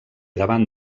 davant